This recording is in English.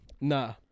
nah